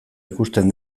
ikusten